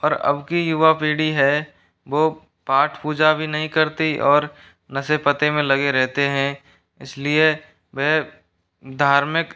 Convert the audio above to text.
और अब की युवा पीढ़ी है वो पाठ पूजा भी नहीं करती और नशे पते में लगे रेहते हैं इस लिए वह धार्मिक